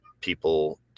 people